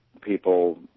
people